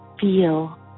feel